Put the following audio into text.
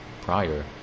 prior